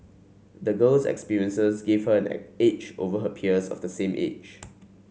the girl's experiences gave her an edge over her peers of the same age